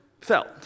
felt